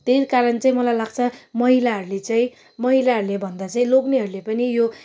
त्यही कारण चाहिँ मलाई लाग्छ महिलाहरू चाहिँ महिलाहरू भन्दा चाहिँ लोग्नेहरू पनि यो